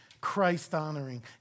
Christ-honoring